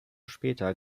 später